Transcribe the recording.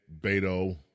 Beto